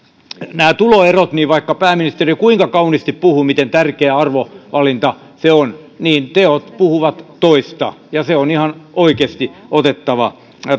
näistä tuloeroista vaikka pääministeri kuinka kauniisti puhui miten tärkeä arvovalinta se on niin teot puhuvat toista ja se on ihan oikeasti otettava